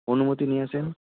অনুমতি নিয়ে আসুন